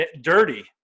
dirty